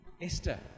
Esther